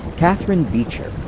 catharine beecher,